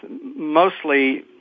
mostly